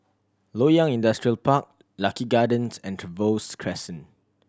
Loyang Industrial Park Lucky Gardens and Trevose Crescent